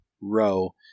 row